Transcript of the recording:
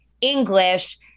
English